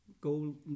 gold